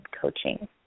coaching